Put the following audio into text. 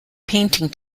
painting